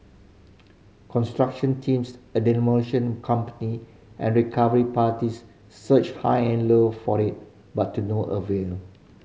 construction teams a demolition company and recovery parties searched high and low for it but to no avail